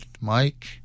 Mike